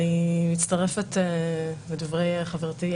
אני מצטרפת לדברי חברתי,